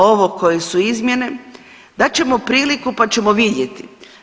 Ovo koje su izmjene, dat ćemo priliku pa ćemo vidjeti.